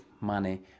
money